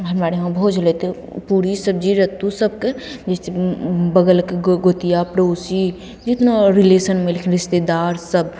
हमरा यहाँ भोज होलै तऽ पूरी सबजी रत्तू सबके जइसे बगलके गो गोतिआ पड़ोसी जतना रिलेशनमे अएलखिन रिश्तेदारसभ